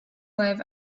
have